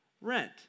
rent